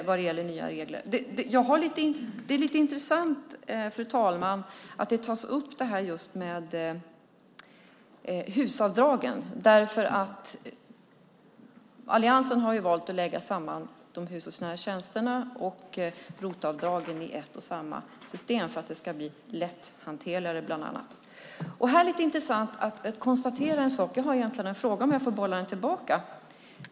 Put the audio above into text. Fru talman! Det är lite intressant att just HUS-avdragen tas upp. Alliansen har valt att lägga samman de hushållsnära tjänsterna och ROT-avdragen i ett och samma system för att det ska bli bland annat lätthanterligare. Det är lite intressant att konstatera en sak. Jag har en fråga till Vänsterpartiet, om jag får bolla den tillbaka.